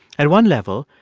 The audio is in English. at one level,